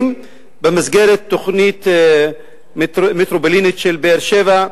במסגרת תוכנית מטרופולינית של באר-שבע,